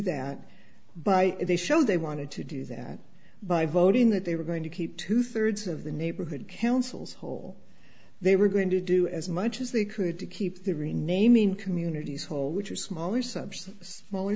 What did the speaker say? that by they show they wanted to do that by voting that they were going to keep two thirds of the neighborhood councils whole they were going to do as much as they could to keep the renaming communities whole which are smaller subs smaller